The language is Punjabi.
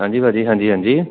ਹਾਂਜੀ ਭਾਅ ਜੀ ਹਾਂਜੀ ਹਾਂਜੀ